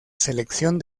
selección